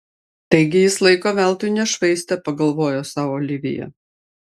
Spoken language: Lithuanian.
taigi jis laiko veltui nešvaistė pagalvojo sau olivija